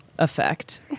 Effect